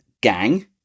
gang